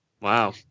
Wow